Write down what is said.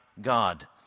God